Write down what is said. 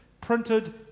printed